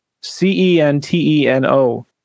c-e-n-t-e-n-o